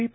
V